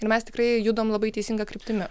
ir mes tikrai judam labai teisinga kryptimi